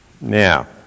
now